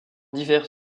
divers